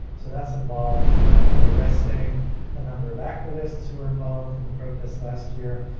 so that's involved arresting a number of activists who are involved in the protests last year.